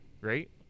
Right